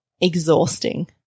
exhausting